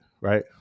Right